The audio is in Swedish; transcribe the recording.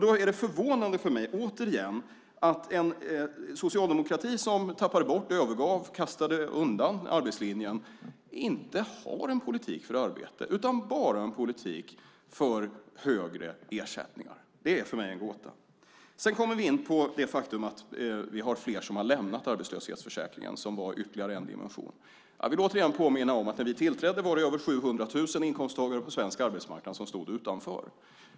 Då tycker jag att det är förvånande att en socialdemokrati som tappade bort, övergav, kastade undan arbetslinjen inte har en politik för arbete utan bara en politik för högre ersättningar. Det är för mig en gåta. Sedan kommer vi in på det faktum att vi har fler som har lämnat arbetslöshetsförsäkringen. Det är ytterligare en dimension. Jag vill återigen påminna om att när vi tillträdde var det över 700 000 inkomsttagare på svensk arbetsmarknad som stod utanför.